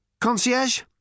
Concierge